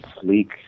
sleek